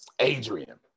Adrian